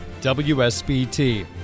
WSBT